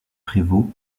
prévaut